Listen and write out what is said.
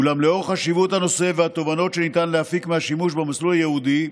אולם לאור חשיבות הנושא והתובנות שניתן להפיק מהשימוש במסלול הייעודי,